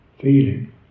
feeling